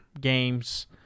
games